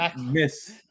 miss